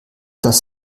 das